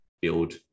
build